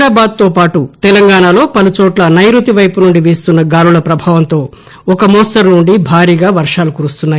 హైదరాబాద్ తోపాటు తెలంగాణలో పలుచోట్ల సైరుతి వైపు నుంచి వీస్తున్న గాలుల ప్రభావంతో ఒక మోస్తరు నుంచి భారీగా వర్షాలు కురుస్తున్నాయి